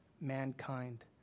mankind